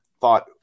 thought